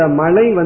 Malay